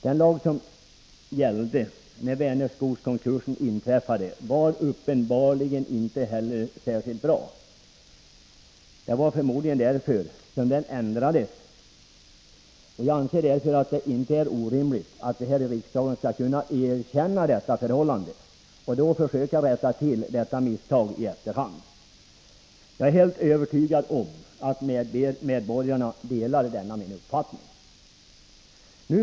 Den lag som gällde när Vänerskogskonkursen inträffade var uppenbarligen inte heller särskilt bra. Det var förmodligen därför som den ändrades. Jag anser därför att det inte är orimligt att vi här i riksdagen skall kunna erkänna detta förhållande och då försöka rätta till detta misstag i efterhand. Jag är helt övertygad om att medborgarna delar denna min uppfattning.